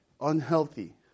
unhealthy